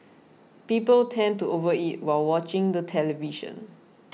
people tend to overeat while watching the television